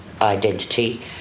identity